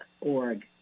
org